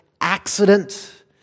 accident